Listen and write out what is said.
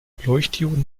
leuchtdioden